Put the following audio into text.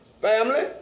family